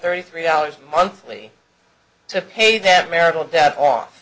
thirty three dollars monthly to pay that marital bed off